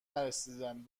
نرسیدن